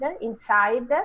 inside